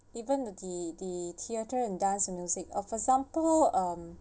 even the the theatre in dance and music uh for example um